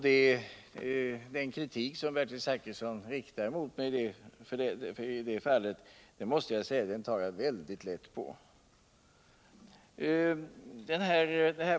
Den kritik som Bertil Zachrisson riktar mot mig i detta fall måste jag säga att jag tar mycket lätt på.